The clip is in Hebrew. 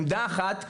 עמדה אחת בארץ,